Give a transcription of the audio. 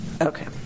okay